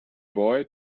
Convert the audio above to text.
boy